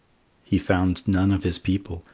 he found none of his people,